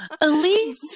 Elise